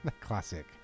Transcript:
Classic